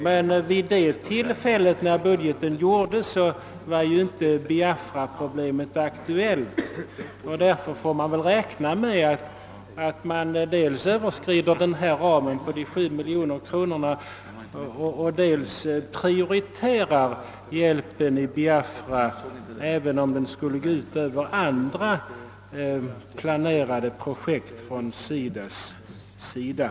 Men då budgeten gjordes upp var ju biafraproblemet inte aktuellt, och därför får man väl räkna med att dels överskrida ramen 7 miljoner kronor, dels prioritera hjälpen till Biafra, även om detta skulle gå ut över andra projekt som SIDA planerat.